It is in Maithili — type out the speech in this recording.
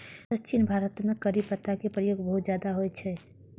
दक्षिण भारत मे करी पत्ता के प्रयोग बहुत ज्यादा होइ छै